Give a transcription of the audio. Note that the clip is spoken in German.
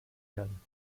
kann